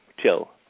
till